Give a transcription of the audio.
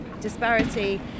disparity